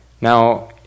Now